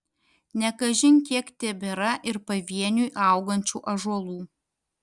ne kažin kiek tebėra ir pavieniui augančių ąžuolų